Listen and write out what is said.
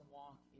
walk